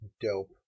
Dope